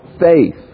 faith